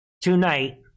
tonight